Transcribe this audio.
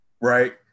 right